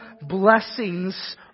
blessings